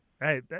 Hey